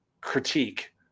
critique